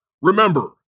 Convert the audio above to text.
Remember